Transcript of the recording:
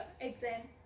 exam